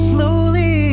Slowly